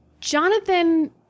Jonathan